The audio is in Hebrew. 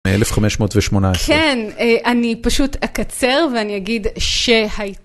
מ 1518. כן, אני פשוט אקצר ואני אגיד ש...